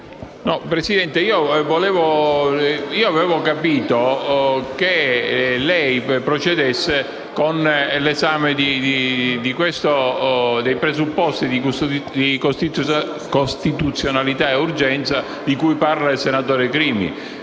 Presidente, se lei procede con l'esame dei presupposti di costituzionalità e urgenza, di cui parla il senatore Crimi,